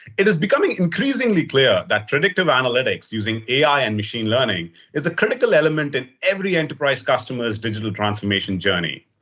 it is becoming increasingly clear that predictive analytics using ai and machine learning is a critical element in every enterprise customers digital transformation journey.